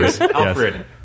Alfred